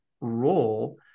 role